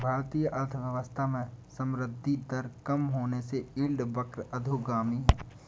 भारतीय अर्थव्यवस्था में संवृद्धि दर कम होने से यील्ड वक्र अधोगामी है